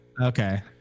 Okay